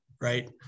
Right